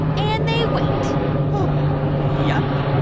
and they wait yup.